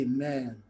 Amen